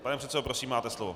Pane předsedo, prosím, máte slovo.